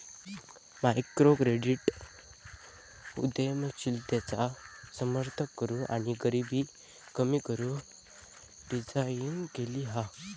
microcredit उद्यमशीलतेचा समर्थन करूक आणि गरीबी कमी करू डिझाईन केली हा